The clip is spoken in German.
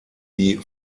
die